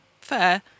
Fair